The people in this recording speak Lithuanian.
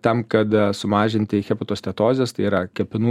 tam kad sumažinti hipotostetozės tai yra kepenų